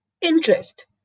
Interest